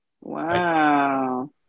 Wow